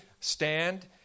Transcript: stand